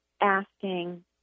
asking